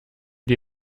die